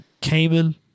Cayman